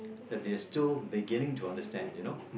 that they are still beginning to understand you know